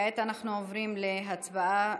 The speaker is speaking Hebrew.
כעת אנחנו עוברים להצבעה שמית.